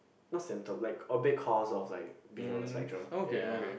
not same term like a big cause of like being on the spectrum ya